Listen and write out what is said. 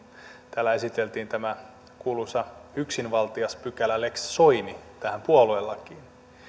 täällä esiteltiin tämä kuuluisa yksinvaltiaspykälä lex soini tähän puoluelakiin